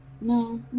No